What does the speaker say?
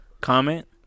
comment